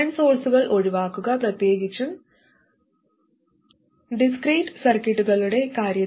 current സോഴ്സുകൾ ഒഴിവാക്കുക പ്രത്യേകിച്ചും ഡിസ്ക്റീറ്റ് സർക്യൂട്ടുകളുടെ കാര്യത്തിൽ